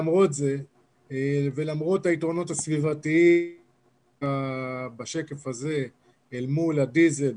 למרות זה ולמרות היתרונות הסביבתיים אל מול הדיזל,